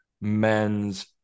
men's